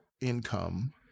income